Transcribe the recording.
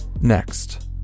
Next